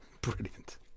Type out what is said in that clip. Brilliant